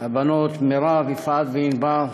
הבנות מירב, יפעת וענבר,